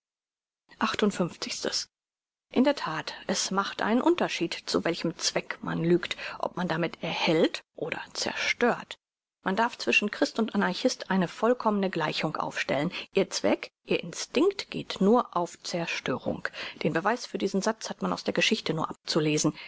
in der that es macht einen unterschied zu welchem zweck man lügt ob man damit erhält oder zerstört man darf zwischen christ und anarchist eine vollkommne gleichung aufstellen ihr zweck ihr instinkt geht nur auf zerstörung den beweis für diesen satz hat man aus der geschichte nur abzulesen